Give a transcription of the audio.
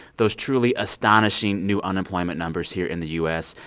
those truly astonishing new unemployment numbers here in the u s.